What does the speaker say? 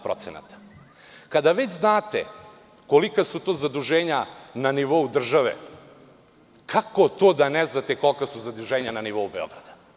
Kada već znate kolika su to zaduženja na nivou države, kako to da ne znate kolika su zaduženja na nivou Beograda?